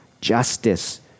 justice